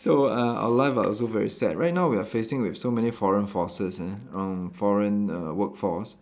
so uh our life are also very sad right now we are facing with so many foreign forces ah um foreign uh workforce